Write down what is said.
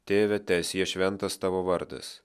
tėve teesie šventas tavo vardas